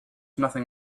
nothing